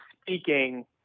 speaking